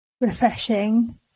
refreshing